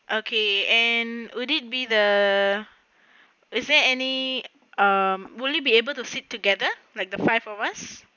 okay and would it be the is there any um will we be able to sit together like the five of us